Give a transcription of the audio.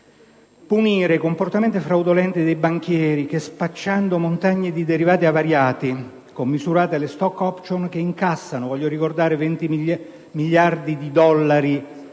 punire i comportamenti fraudolenti dei banchieri che spacciano montagne di derivati avariati commisurate alle *stock option* che incassano (vorrei ricordare,